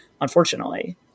unfortunately